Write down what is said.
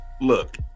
Look